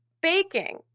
Baking